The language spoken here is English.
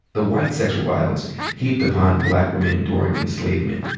the white sexual violence heaped upon black women during enslavement.